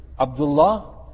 Abdullah